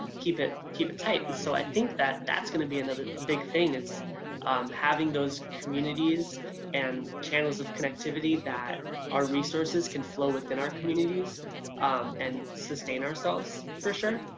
keep it keep it tight, and so i think that that's going to be and a big thing is um having those communities and channels of connectivity that our resources can flow within our communities um and sustain ourselves for sure,